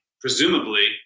Presumably